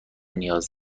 نیاز